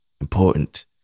important